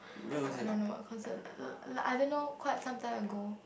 I don't know what concert I don't know quite some time ago